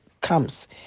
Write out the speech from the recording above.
comes